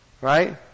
right